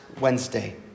Wednesday